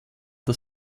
das